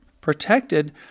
protected